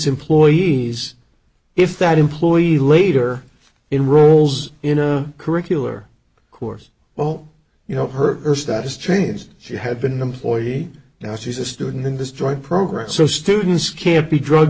employees if that employee later in roles in a curricular course well you know her status changed she had been an employee now she's a student in this drug program so students can't be drug